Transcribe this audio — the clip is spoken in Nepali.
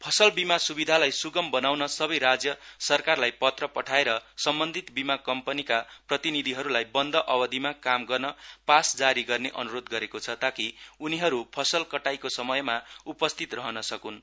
फसल बीमा स्विधालाई सुगम बनाउन सबै राज्य सरकारलाई पत्र पठाएर सम्ब्नधित बीमा कम्पनीका प्रतिनिधिहरूलाई बन्द अवधिमा काम गर्न पास जारी गर्ने अन्रोध गरेको छ ताकि उनीहरू फसल कटाईको समयमा उपस्थित रहन सक्न्